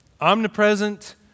omnipresent